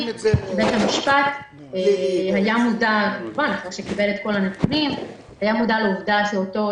בית המשפט היה מודע, כמובן, לעובדה שאותו